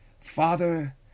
Father